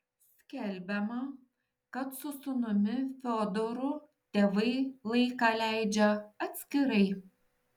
skelbiama kad su sūnumi fiodoru tėvai laiką leidžia atskirai